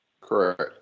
Correct